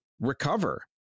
recover